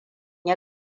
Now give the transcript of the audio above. ya